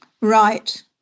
Right